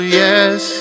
yes